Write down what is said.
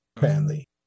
family